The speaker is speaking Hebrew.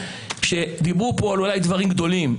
דיברו פה על דברים גדולים.